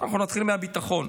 אנחנו נתחיל מהביטחון.